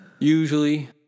Usually